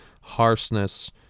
harshness